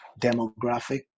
demographic